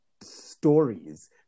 stories